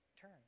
Turn